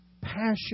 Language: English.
passion